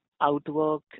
outwork